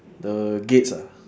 the gates ah